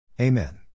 Amen